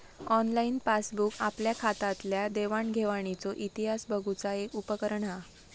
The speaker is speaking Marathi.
ऑनलाईन पासबूक आपल्या खात्यातल्या देवाण घेवाणीचो इतिहास बघुचा एक उपकरण हा